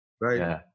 right